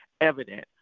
evident